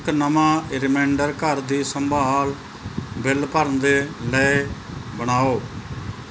ਇੱਕ ਨਵਾਂ ਰੀਮਾਇਨਡਰ ਘਰ ਦੀ ਸੰਭਾਲ ਬਿਲ ਭਰਨ ਦੇ ਲਈ ਬਣਾਓ